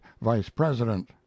vice-president